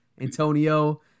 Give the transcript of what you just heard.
Antonio